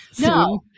No